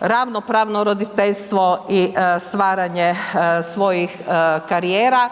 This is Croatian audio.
ravnopravno roditeljstvo i stvaranje svojih karijera